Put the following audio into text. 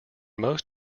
most